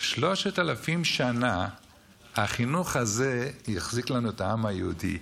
שלושת אלפים שנה החינוך הזה החזיק לנו את העם היהודי,